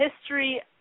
history